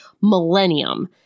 millennium